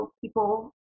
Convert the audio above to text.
people